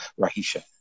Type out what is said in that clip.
Rahisha